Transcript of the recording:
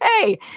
hey